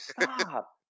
stop